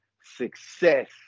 success